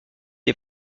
est